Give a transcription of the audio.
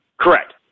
Correct